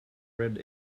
red